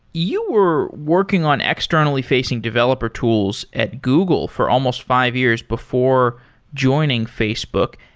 you were working on externally-facing developer tools at google for almost five years before joining facebook.